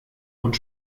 und